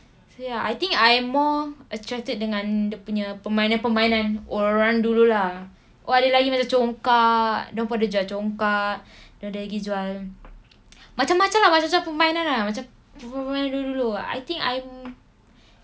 so ya I think I am more attracted dengan dia punya permainan-permainan orang-orang dulu lah oh ada lagi ada congkak dia orang pun ada jual congkak dia ada lagi jual macam-macam lah macam-macam permainan lah macam permainan dulu-dulu I think I'm